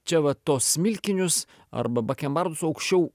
čia va tuos smilkinius arba bakenbardus aukščiau